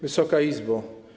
Wysoka Izbo!